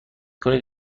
کنید